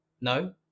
no